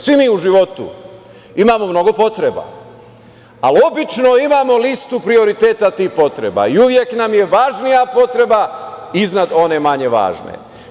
Svi mi u životu imamo mnogo potreba, ali obično imamo listu prioriteta tih potreba i uvek nam je važnija potreba iznad one manje važne.